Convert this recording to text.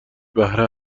بهره